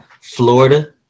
Florida